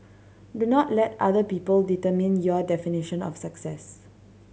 do not let other people determine your definition of success